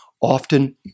often